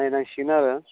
नायनांसिगोन आरो